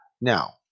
Now